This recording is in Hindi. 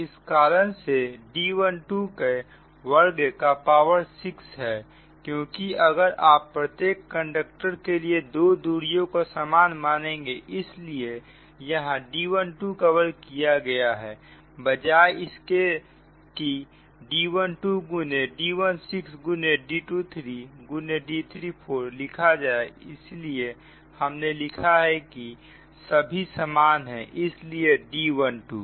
इस कारण से D12 का वर्ग का पावर 6 है क्योंकि अगर आप प्रत्येक कंडक्टर के लिए दो दूरियों को सामान मानेंगे इसलिए यहां D12 का वर्ग किया गया है बजाय इसके कि D12 D16D23D34 लिखा जाए इसलिए हमने लिखा है कि सभी समान है इसलिए D12